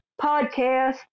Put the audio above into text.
podcast